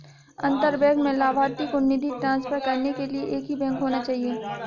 अंतर बैंक में लभार्थी को निधि ट्रांसफर करने के लिए एक ही बैंक होना चाहिए